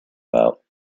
about